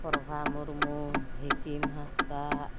ᱯᱨᱚᱵᱷᱟ ᱢᱩᱨᱢᱩ ᱦᱤᱠᱤᱢ ᱦᱟᱸᱥᱫᱟ